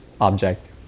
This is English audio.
object